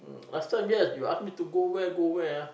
last time yes you ask me to go where go where ah